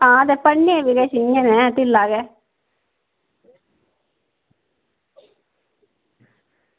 आं ते पढ़ने गी बी किश इंया गै ढिल्ला गै